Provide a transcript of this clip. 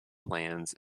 plans